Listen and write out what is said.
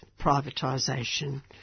privatisation